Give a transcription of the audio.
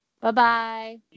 Bye-bye